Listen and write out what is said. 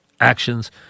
actions